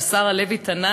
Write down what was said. של שרה לוי-תנאי,